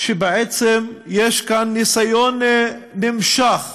שבעצם יש כאן ניסיון נמשך